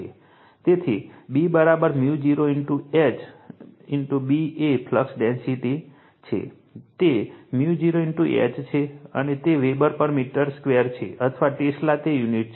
તેથી B 𝜇0 H B એ flux density છે તે 𝜇0 H છે અને તે વેબર પર મીટર સ્ક્વેર છે અથવા ટેસ્લા તે યુનિટ છે